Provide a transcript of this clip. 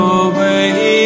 away